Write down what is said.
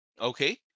Okay